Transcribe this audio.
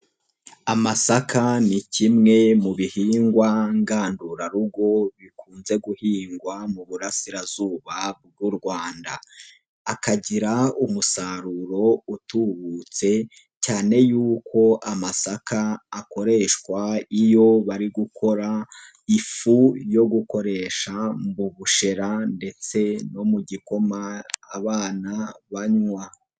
Amasaka ni kimwe mu bihingwa ngandurarugo bikunze guhingwa mu burasirazuba bw'u Rwanda, akagira umusaruro utubutse cyane y'uko amasaka akoreshwa iyo bari gukora ifu yo gukoresha mu bushera ndetse no mu gikoma abana banywa.